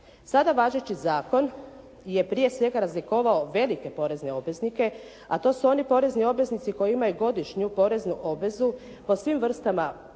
Sada važeći zakon je prije svega razlikovao velike porezne obveznike a to su oni porezni obveznici koji imaju godišnju poreznu obvezu po svim vrstama